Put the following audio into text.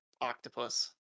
octopus